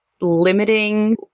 limiting